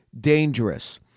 Dangerous